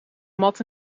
mat